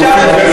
ולכן לא יכלו.